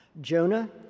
Jonah